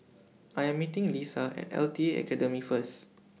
I Am meeting Leesa At L T A Academy First